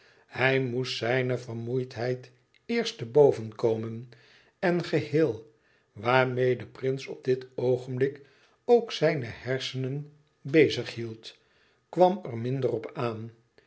hij moest zijne vermoeidheid eerst te boven komen en geheel waarmeê de prins op dit oogenblik ook zijne hersenen bezighield kwam er minder op aan